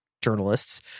journalists